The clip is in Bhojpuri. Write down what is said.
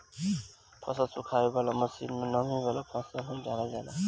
फसल सुखावे वाला मशीन में नमी वाला फसल ही डालल जाला